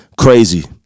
crazy